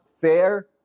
fair